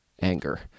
anger